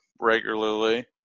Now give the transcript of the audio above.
regularly